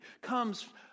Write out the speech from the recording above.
comes